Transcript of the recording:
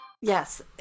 Yes